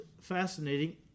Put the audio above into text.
fascinating